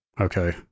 Okay